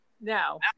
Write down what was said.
No